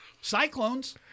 Cyclones